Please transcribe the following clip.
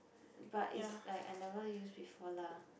but is like I never use before lah